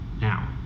now